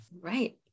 right